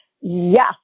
Yes